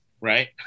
right